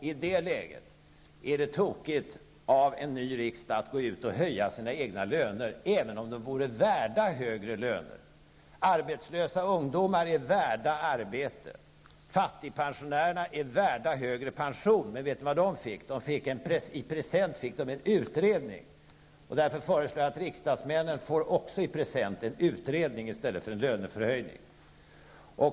I det läget är det tokigt om en ny riksdag höjer sina löner, även om riksdagsmännen vore värda högre löner. Arbetslösa ungdomar är värda arbete. Fattigpensionärerna är värda högre pension, men vad fick de? Jo, i present fick de en utredning. Därför föreslår jag att riksdagsmännen också får en utredning i present i stället för en lönehöjning.